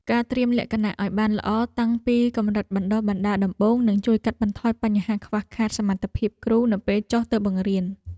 ការត្រៀមលក្ខណៈឱ្យបានល្អតាំងពីកម្រិតបណ្តុះបណ្តាលដំបូងនឹងជួយកាត់បន្ថយបញ្ហាខ្វះខាតសមត្ថភាពគ្រូនៅពេលចុះទៅបង្រៀន។